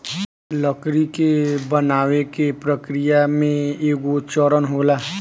लकड़ी के बनावे के प्रक्रिया में एगो चरण होला